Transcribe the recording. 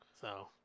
So-